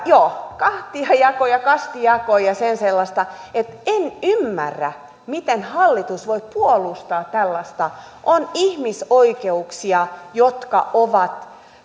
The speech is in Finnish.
joo kahtiajako ja kastijako ja sen sellaista että en ymmärrä miten hallitus voi puolustaa tällaista on ihmisoikeuksia jotka ovat